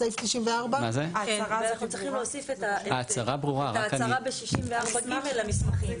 בסעיף 94. ההצהרה ב-64(ג) המסמכים,